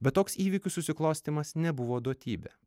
bet toks įvykių susiklostymas nebuvo duotybė